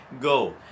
Go